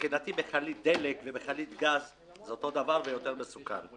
מבחינתי מכלית דלק ומכלית גז זה אותו דבר ואפילו יותר מסוכן.